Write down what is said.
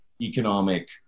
economic